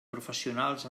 professionals